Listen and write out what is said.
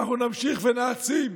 ואנחנו נמשיך ונעצים,